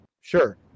sure